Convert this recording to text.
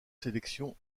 sélections